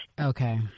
Okay